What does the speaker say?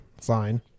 sign